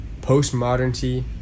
postmodernity